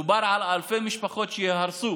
מדובר על אלפי משפחות שייהרסו